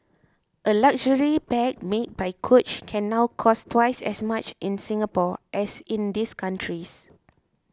a luxury bag made by coach can now cost twice as much in Singapore as in these countries